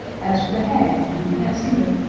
as for the hag, you can't see her,